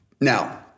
Now